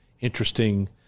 interesting